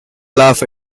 laugh